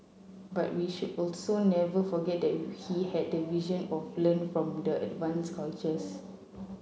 but we should also never forget that he had the vision of learn from the advanced cultures